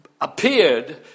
appeared